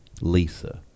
Lisa